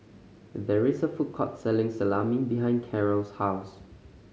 there is a food court selling Salami behind Carrol's house